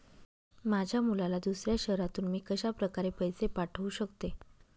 माझ्या मुलाला दुसऱ्या शहरातून मी कशाप्रकारे पैसे पाठवू शकते?